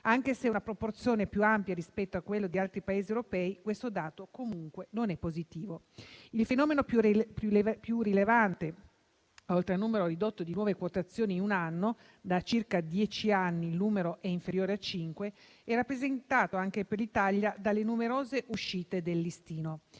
Anche se è una proporzione più ampia rispetto a quella di altri Paesi europei, questo dato comunque non è positivo. Il fenomeno più rilevante, oltre al numero ridotto di nuove quotazioni in un anno (da circa dieci anni il numero è inferiore a cinque), è rappresentato anche per l'Italia dalle numerose uscite dal listino.